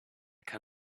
can